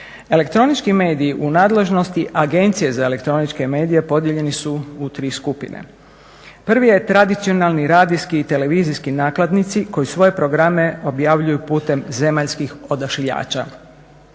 Elektronički mediji u nadležnosti Agencije za elektroničke medije podijeljeni su u tri skupine. Prvi je tradicionalni radijski i televizijski nakladnici koji svoje programe objavljuju putem zemaljskih odašiljača.